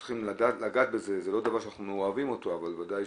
לא נתת לדבר, אל תיקח כאן --- הפרעת לי לא מעט.